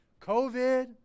COVID